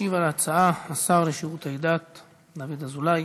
משיב על ההצעה השר לשירותי דת דוד אזולאי.